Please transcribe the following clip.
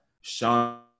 Sean